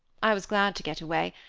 i was glad to get away,